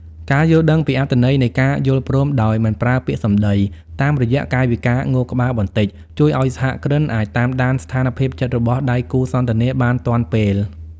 ការយល់ដឹងពីអត្ថន័យនៃ "ការយល់ព្រមដោយមិនប្រើពាក្យសំដី" តាមរយៈកាយវិការងក់ក្បាលបន្តិច ជួយឱ្យសហគ្រិនអាចតាមដានស្ថានភាពចិត្តរបស់ដៃគូសន្ទនាបានទាន់ពេល។